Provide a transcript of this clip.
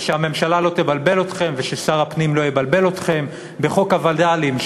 ושהממשלה לא תבלבל אתכם וששר הפנים לא יבלבל אתכם בחוק הווד"לים,